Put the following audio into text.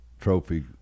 trophy